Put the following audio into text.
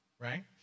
right